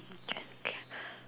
okay okay